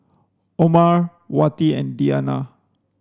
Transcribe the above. Omar Wati and Diyana